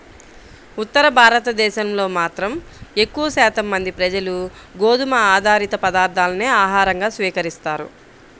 ఉత్తర భారతదేశంలో మాత్రం ఎక్కువ శాతం మంది ప్రజలు గోధుమ ఆధారిత పదార్ధాలనే ఆహారంగా స్వీకరిస్తారు